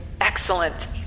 Excellent